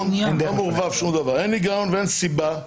בניינים בשיקום